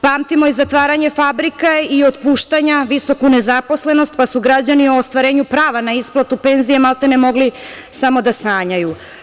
Pamtimo i zatvaranje fabrika i otpuštanja, visoku nezaposlenost, pa su građani u ostvarenju prava na isplatu penzija maltene mogli samo da sanjaju.